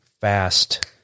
fast-